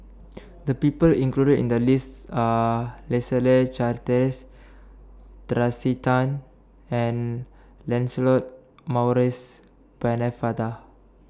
The People included in The list Are Leslie Charteris Tracey Tan and Lancelot Maurice Pennefather